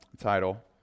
title